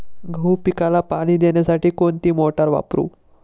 गहू पिकाला पाणी देण्यासाठी कोणती मोटार वापरू?